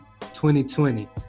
2020